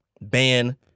ban